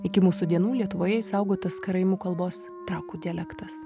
iki mūsų dienų lietuvoje išsaugotas karaimų kalbos trakų dialektas